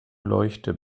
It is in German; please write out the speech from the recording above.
leuchte